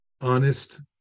honest